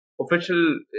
official